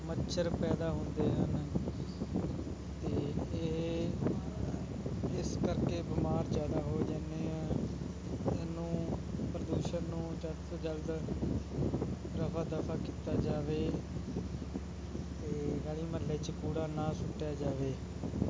ਮੱਛਰ ਪੈਦਾ ਹੁੰਦੇ ਅਤੇ ਇਹ ਇਸ ਕਰਕੇ ਬਿਮਾਰ ਜ਼ਿਆਦਾ ਹੋ ਜਾਂਦੇ ਹਾਂ ਇਹਨੂੰ ਪ੍ਰਦੂਸ਼ਣ ਨੂੰ ਜਲਦ ਤੋਂ ਜਲਦ ਰਫ਼ਾ ਦਫ਼ਾ ਕੀਤਾ ਜਾਵੇ ਅਤੇ ਗਲੀ ਮੁਹੱਲੇ 'ਚ ਕੂੜਾ ਨਾ ਸੁੱਟਿਆ ਜਾਵੇ